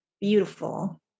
beautiful